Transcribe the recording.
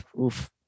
Oof